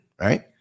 right